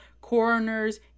coroner's